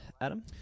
Adam